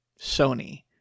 Sony